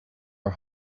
are